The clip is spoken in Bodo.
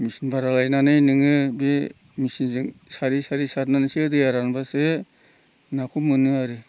मेचिन भारा लायनानै नोङो बे मेचिनजों सारै सारै सारनानैसो दैया रानब्लासो बे नाखौ मोनो आरो